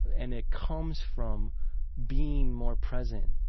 and it comes from being more present,